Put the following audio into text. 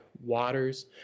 waters